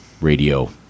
Radio